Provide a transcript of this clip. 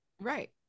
Right